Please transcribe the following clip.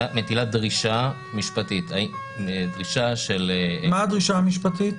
מטילה דרישה משפטית --- מה הדרישה המשפטית?